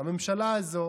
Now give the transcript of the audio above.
הממשלה הזו